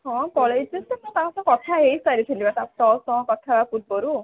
ହଁ ମୁଁ ତାଙ୍କ ସହ କଥା ହେଇସାରିଥିଲି ବା ତୋ ସହ କଥା ହେବା ପୂର୍ବରୁ